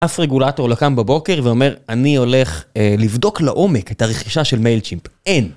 אף רגולטור לא קם בבוקר ואומר אני הולך לבדוק לעומק את הרכישה של מייל צ'ימפ, אין.